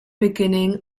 beginning